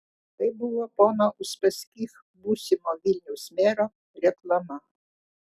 tai buvo pono uspaskich būsimo vilniaus mero reklama